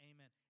Amen